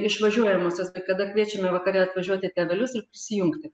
išvažiuojamosios kai kada kviečiame vakare atvažiuoti tėvelius ir prisijungti